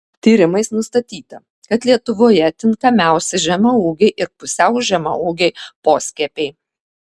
tyrimais nustatyta kad lietuvoje tinkamiausi žemaūgiai ir pusiau žemaūgiai poskiepiai